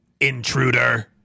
Intruder